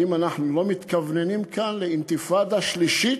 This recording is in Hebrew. האם אנחנו לא מתכווננים כאן לאינתיפאדה שלישית?